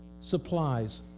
supplies